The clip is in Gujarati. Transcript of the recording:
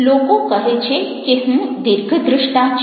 લોકો કહે છે હું દીર્ઘદ્રષ્ટા છું